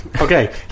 Okay